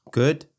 good